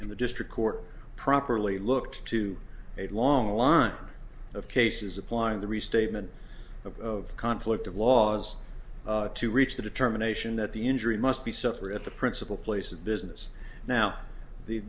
in the district court properly looked to a long line of cases applying the restatement of conflict of laws to reach the determination that the injury must be suffer at the principal place of business now the